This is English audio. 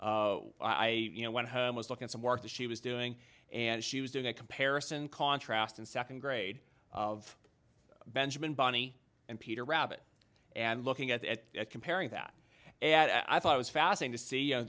daughter i you know went home was looking at some work that she was doing and she was doing a comparison contrast in second grade of benjamin bunny and peter rabbit and looking at that comparing that i thought was fastening to see